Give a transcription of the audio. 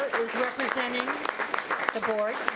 representing the board.